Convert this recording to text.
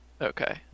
Okay